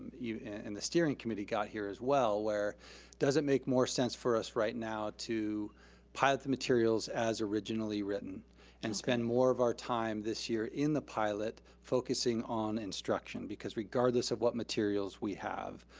you know and the steering committee got here, as well, where does it make more sense for us right now to pilot the materials as originally written and spend more of our time this year in the pilot, focusing on instruction? because regardless of what materials we have,